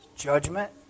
Judgment